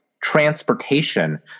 transportation